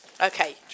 Okay